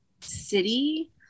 city